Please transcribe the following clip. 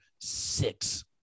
six